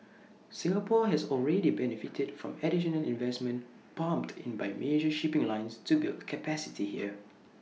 Singapore has already benefited from additional investments pumped in by major shipping lines to build capacity here